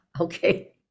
Okay